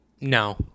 No